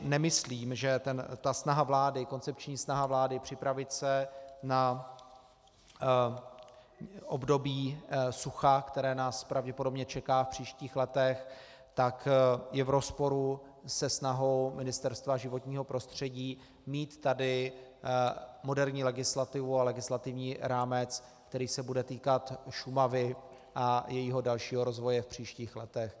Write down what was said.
Nemyslím si, že koncepční snaha vlády připravit se na období sucha, které nás pravděpodobně čeká v příštích letech, je v rozporu se snahou Ministerstva životního prostředí mít tady moderní legislativu a legislativní rámec, který se bude týkat Šumavy a jejího dalšího rozvoje v dalších letech.